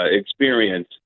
experience